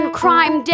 crime